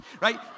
Right